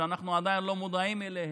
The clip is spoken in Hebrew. אנחנו עדיין לא מודעים אליהן,